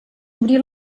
obrir